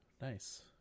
nice